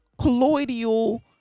colloidal